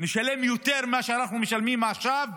נשלם יותר ממה שאנחנו משלמים עכשיו: